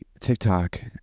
TikTok